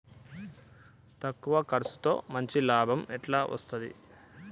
తక్కువ కర్సుతో మంచి లాభం ఎట్ల అస్తది?